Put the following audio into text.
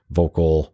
vocal